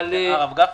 הרב גפני,